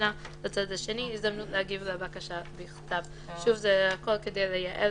שניתנה לצד השני הזדמנות להגיב לבקשה בכתב" הכול כדי לייעל